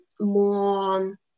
more